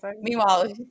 Meanwhile